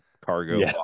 cargo